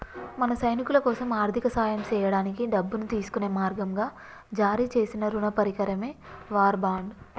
మన సైనికులకోసం ఆర్థిక సాయం సేయడానికి డబ్బును తీసుకునే మార్గంగా జారీ సేసిన రుణ పరికరమే వార్ బాండ్